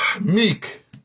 Meek